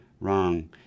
wrong